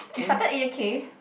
you started it okay